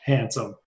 Handsome